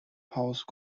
house